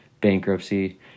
bankruptcy